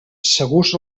segurs